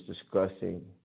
discussing